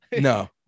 No